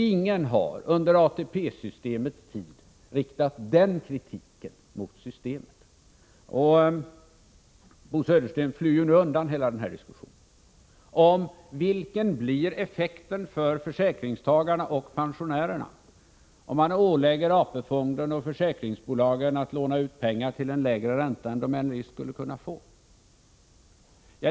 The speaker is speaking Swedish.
Ingen har under ATP-systemets tid riktat den kritiken mot systemet. Bo Södersten flyr nu undan hela denna diskussion. Vilken blir effekten för försäkringstagarna och pensionärerna, om man ålägger AP-fonderna och försäkringsbolagen att låna ut pengar till en lägre ränta än de eljest skulle kunna få?